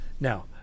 Now